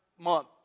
month